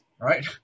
right